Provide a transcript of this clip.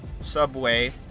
subway